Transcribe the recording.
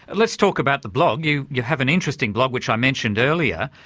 and let's talk about the blog. you you have an interesting blog which i mentioned earlier.